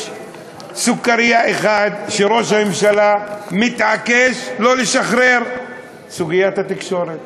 יש סוכרייה אחת שראש הממשלה מתעקש לא לשחרר: סוגיית התקשורת.